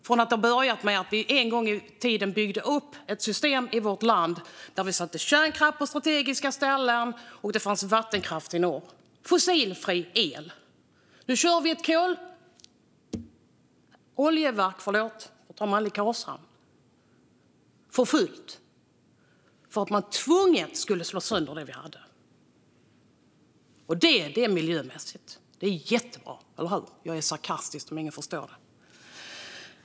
En gång i tiden byggde vi i vårt land upp ett system där vi hade kärnkraft på strategiska ställen och vattenkraft i norr - fossilfri el. Nu kör vi ett oljeverk i Karlshamn för fullt för att man tvunget skulle slå sönder det vi hade. Det är miljömässigt. Det är jättebra, eller hur? Jag är sarkastisk, om någon inte förstår det.